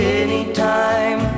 anytime